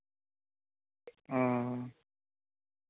ᱚ